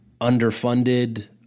underfunded